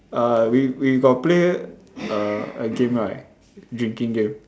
uh we we got play a a game right drinking game